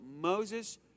Moses